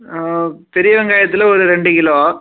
ம் பெரிய வெங்காயத்தில் ஒரு ரெண்டு கிலோ